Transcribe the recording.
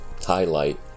highlight